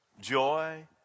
Joy